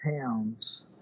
pounds